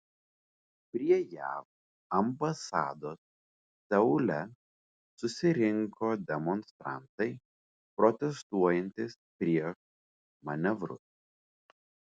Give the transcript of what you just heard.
prie jav ambasados seule susirinko demonstrantai protestuojantys prieš manevrus